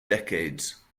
decades